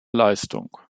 leistung